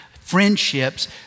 friendships